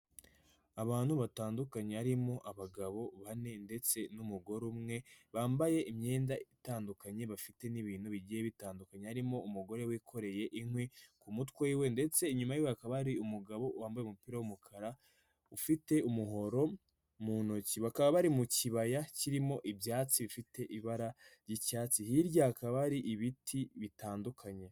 Abantu batandukanye Harimo abagabo bane ndetse n'umugore umwe, bambaye imyenda itandukanye bafite n'ibintu bigiye bitandukanye, harimo umugore wikoreye inkwi ku mutwe we ndetse inyuma akaba ari umugabo wambaye umupira w'umukara, ufite umuhoro mu ntoki, bakaba bari mu kibaya kirimo ibyatsi bifite ibara ry'icyatsi, hirya hakaba hari ibiti bitandukanye.